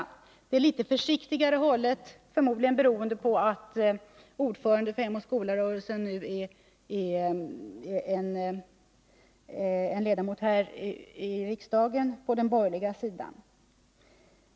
Det är litet försiktigare hållet, förmodligen beroende på att ordföranden i Hem och skola nu är ledamot av riksdagen, på den borgerliga sidan.